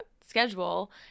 schedule